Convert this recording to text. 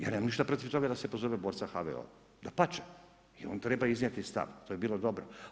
Ja nemam ništa protiv toga da se pozove borca HVO-a, dapače i on treba iznijeti stav, to bi bilo dobro.